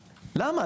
למה?